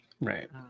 right